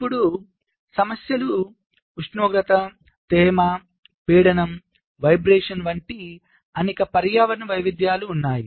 ఇప్పుడు సమస్యలు ఉష్ణోగ్రత తేమ పీడనం వైబ్రేషన్ వంటి అనేక పర్యావరణ వైవిధ్యాలు ఉన్నాయి